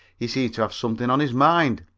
he seemed to have something on his mind.